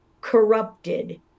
corrupted